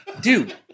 Dude